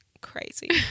crazy